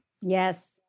Yes